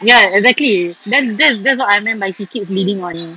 ya exactly that's that's that's what I meant by he keeps leading on